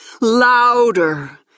louder